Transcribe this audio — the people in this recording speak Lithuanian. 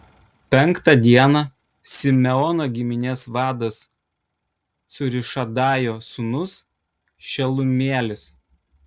penktą dieną simeono giminės vadas cūrišadajo sūnus šelumielis